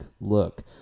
look